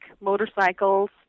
motorcycles